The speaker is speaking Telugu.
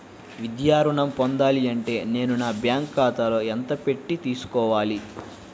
విద్యా ఋణం పొందాలి అంటే నేను బ్యాంకు ఖాతాలో ఎంత పెట్టి తీసుకోవాలి?